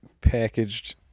packaged